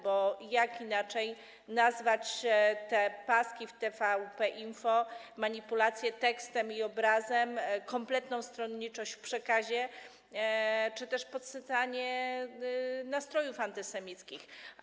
Bo jak inaczej nazwać te paski w TVP Info, manipulacje tekstem i obrazem, kompletną stronniczość w przekazie czy też podsycanie nastrojów antysemickich?